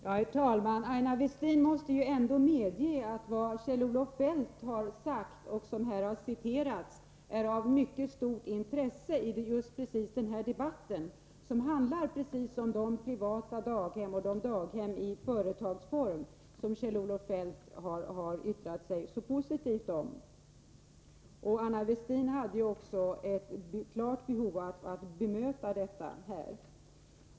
Herr talman! Aina Westin måste ändå medge att vad Kjell-Olof Feldt har sagt och som här har citerats är av mycket stort intresse i denna debatt, som handlar just om de privata daghem och de daghem i företagsform som Kjell-Olof Feldt har yttrat sig så positivt om. Aina Westin hade här också ett klart behov av att bemöta detta.